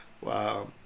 Wow